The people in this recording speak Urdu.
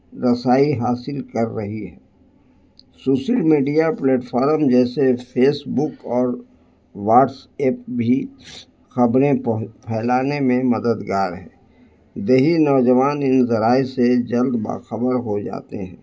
رسائی حاصل کر رہی ہے سوشل میڈیا پلیٹفارم جیسے فیسبک اور واٹس ایپ بھی خبریں بہت پھیلانے میں مددگار ہیں دیہی نوجوان ان ذرائع سے جلد باخبر ہو جاتے ہیں